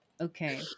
okay